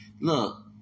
Look